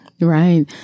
Right